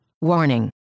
Warning